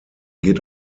geht